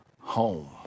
home